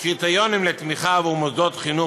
קריטריונים לתמיכה עבור מוסדות לחינוך